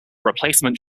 replacement